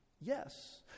Yes